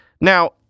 Now